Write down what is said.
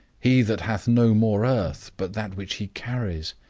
he that hath no more earth but that which he carries,